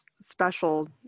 special